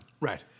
Right